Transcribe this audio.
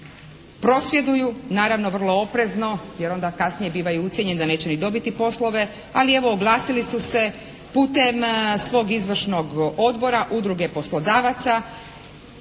Prosvjeduju naravno vrlo oprezno jer onda kasnije bivaju ucijenjeni da neće ni dobiti poslove, ali evo oglasili su se putem svog izvršnog odbora, Udruge poslodavaca,